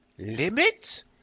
Limit